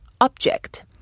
object